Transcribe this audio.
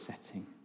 setting